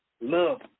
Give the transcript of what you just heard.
love